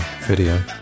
video